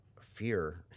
fear